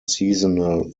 seasonal